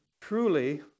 truly